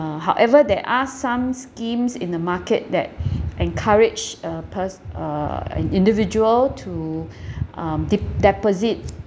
however there are some schemes in the market that encourage a pers~ uh an individual to um dep~ deposit